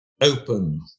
open